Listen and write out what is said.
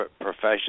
profession